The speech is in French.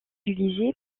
utilisée